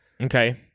okay